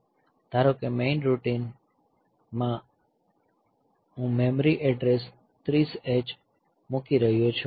ધારો કે મેઇન રૂટિનમાં હું મેમરી એડ્રેસ 30 H મૂકી રહ્યો છું